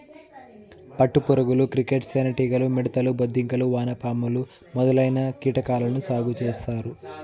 పట్టు పురుగులు, క్రికేట్స్, తేనె టీగలు, మిడుతలు, బొద్దింకలు, వానపాములు మొదలైన కీటకాలను సాగు చేత్తారు